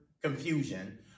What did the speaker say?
confusion